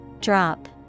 Drop